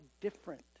different